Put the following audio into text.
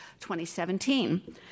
2017